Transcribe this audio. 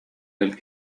del